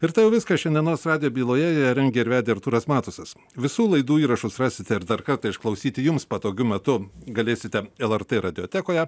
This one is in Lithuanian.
ir tuojau viską šiandienos radę byloje rengė ir vedė artūras matusas visų laidų įrašus rasite ir dar kartą išklausyti jums patogiu metu galėsite lr radiotekoje